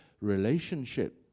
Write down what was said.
Relationship